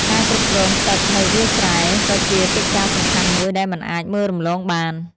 ការគ្រប់គ្រងទឹកនៅវាលស្រែក៏ជាកិច្ចការសំខាន់មួយដែលមិនអាចមើលរំលងបាន។